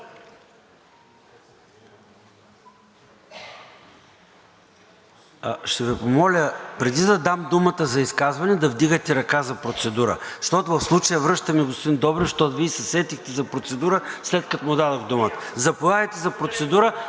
Ще Ви помоля, преди да дам думата за изказване, да вдигате ръка за процедура, защото в случая връщаме господин Добрев, защото Вие се сетихте за процедура, след като му дадох думата. Заповядайте за процедура,